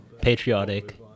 patriotic